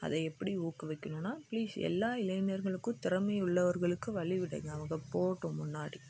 அதை எப்படி ஊக்குவிக்கணும்னா ப்ளீஸ் எல்லா இளைஞர்களுக்கும் திறமை உள்ளவர்களுக்கும் வழி விடுங்கள் அவங்க போகட்டும் முன்னாடி